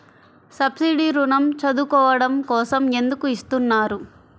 Subsidy ఋణం చదువుకోవడం కోసం ఎందుకు ఇస్తున్నారు?